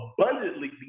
abundantly